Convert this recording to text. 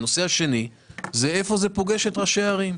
הנושא השני זה איפה זה פוגש את ראשי הערים.